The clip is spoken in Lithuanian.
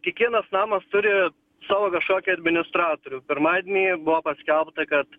kiekvienas namas turi savo kažkokį administratorių pirmadienį buvo paskelbta kad